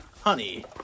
Honey